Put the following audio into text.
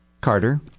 Carter